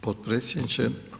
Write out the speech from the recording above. Potpredsjedniče.